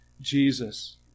Jesus